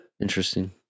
Interesting